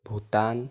Bhutan